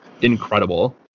incredible